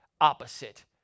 opposite